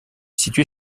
située